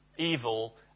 evil